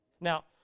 now